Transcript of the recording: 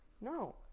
no